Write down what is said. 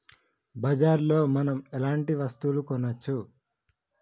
బజార్ లో మనం ఎలాంటి వస్తువులు కొనచ్చు?